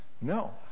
No